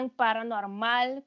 paranormal